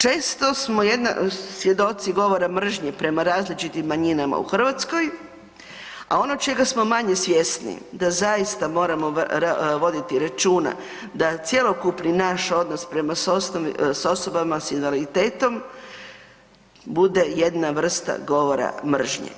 Često smo svjedoci govora mržnje prema različitim manjinama u Hrvatskoj, a ono čega smo manje svjesni da zaista moramo voditi računa da cjelokupni naš odnos prema s osobama s invaliditetom bude jedna vrsta govora mržnje.